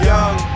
Young